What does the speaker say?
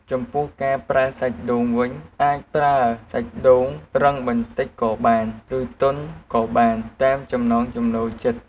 ចំពោះការប្រើសាច់ដូងវិញ អាចប្រើសាច់ដូងរឹងបន្តិចក៏បាន ឬទន់ក៏បានតាមចំណង់ចំណូលចិត្ត។